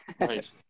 Right